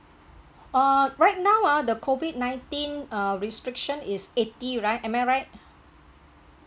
uh right now ah the COVID nineteen err restriction is eighty right am I right